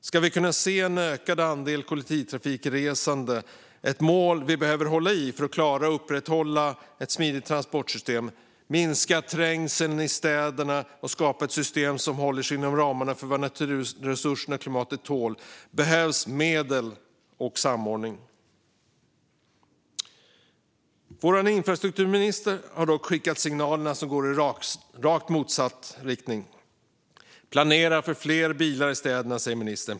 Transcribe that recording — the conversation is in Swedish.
Om vi ska kunna få en ökad andel kollektivtrafikresande, vilket är ett mål vi behöver hålla i för att klara att upprätthålla ett smidigt transportsystem, minska trängseln i städerna och skapa ett system som håller sig inom ramarna för vad naturresurserna och klimatet tål, behövs medel och samordning. Vår infrastrukturminister har dock skickat signaler som går i rakt motsatt riktning. "Planera för fler bilar i städerna", säger ministern.